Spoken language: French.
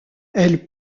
elle